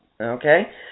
Okay